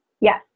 Yes